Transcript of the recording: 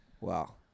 Wow